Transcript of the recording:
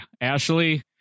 Ashley